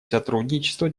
сотрудничество